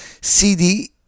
CD